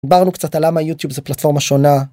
דיברנו קצת על למה יוטיוב זה פלטפורמה שונה